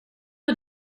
och